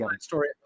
story